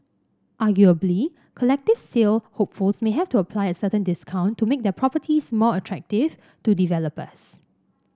arguably collective sale hopefuls may have to apply a certain discount to make their properties more attractive to developers